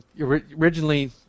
originally